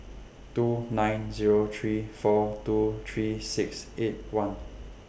two nine Zero three four two three six eight one